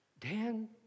Dan